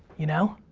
you know?